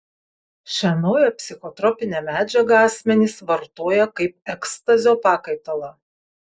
šią naują psichotropinę medžiagą asmenys vartoja kaip ekstazio pakaitalą